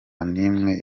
n’imwe